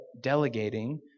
delegating